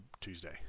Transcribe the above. Tuesday